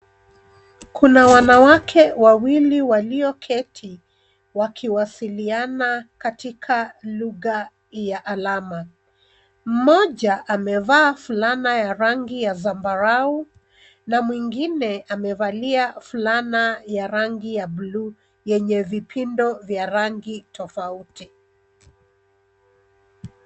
Kuna wanawake wawili walioketi wakiwasiliana katika lugha ya alama. Mmoja amevaa fulana ya rangi ya zambarau, na mwingine amevalia fulana ya rangi ya bluu yenye vipondo vya rangi tofauti.